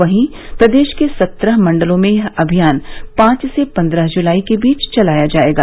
वहीं प्रदेश के सत्रह मंडलों में यह अभियान पांच से पंद्रह जुलाई के बीच चलाया जायेगा